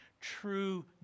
true